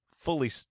Fully